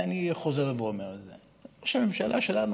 ואני חוזר ואומר את זה: ראש הממשלה שלנו